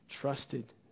trusted